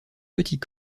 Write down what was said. petit